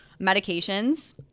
Medications